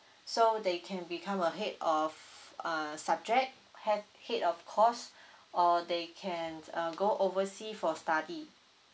so they can become a head of err subject had head of course or they can uh go oversea for study